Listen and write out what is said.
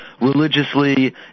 religiously